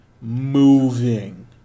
moving